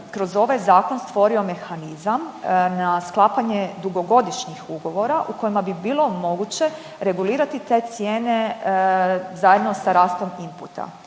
kroz ovaj zakon stvorio mehanizam na sklapanje dugogodišnjih ugovora u kojima bi bilo moguće regulirati te cijene zajedno sa rastom inputa